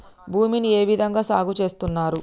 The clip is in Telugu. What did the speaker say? భూమిని ఏ విధంగా సాగు చేస్తున్నారు?